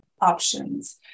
options